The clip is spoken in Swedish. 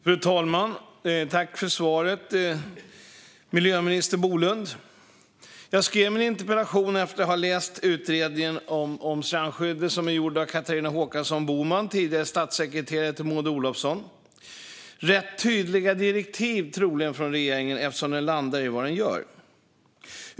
Fru talman! Tack för svaret, miljöminister Bolund! Jag skrev min interpellation efter att ha läst utredningen om strandskyddet, som är gjord av Catharina Håkansson Boman, tidigare statssekreterare till Maud Olofsson. Det är troligen rätt tydliga direktiv från regeringen, eftersom den landar i vad den gör.